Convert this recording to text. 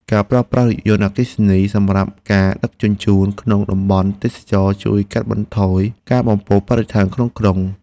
ការប្រើប្រាស់រថយន្តអគ្គិសនីសម្រាប់ការដឹកជញ្ជូនក្នុងតំបន់ទេសចរណ៍ជួយកាត់បន្ថយការបំពុលបរិស្ថានក្នុងក្រុង។